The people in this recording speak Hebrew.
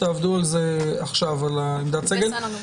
תעבדו עכשיו על עמדת הסגל.